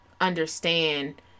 understand